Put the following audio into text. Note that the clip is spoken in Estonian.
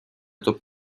toob